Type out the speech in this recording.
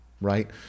Right